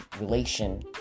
relation